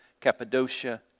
Cappadocia